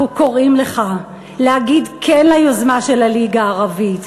אנחנו קוראים לך להגיד כן ליוזמה של הליגה הערבית,